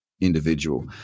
individual